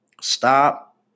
Stop